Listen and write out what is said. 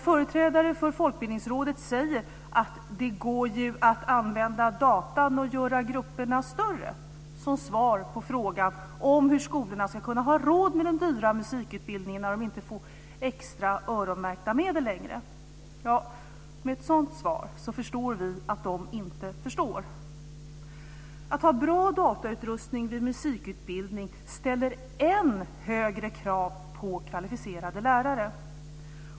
Företrädare för Folkbildningsrådet säger att det går att använda datorn och göra grupperna större som svar på frågan om hur skolorna ska kunna ha råd med den dyra musikutbildningen när de inte längre får extra öronmärkta medel. Med ett sådant svar förstår vi att de inte förstår. Att ha bra datautrustning vid musikutbildning ställer än högre krav på kvalificerade lärare.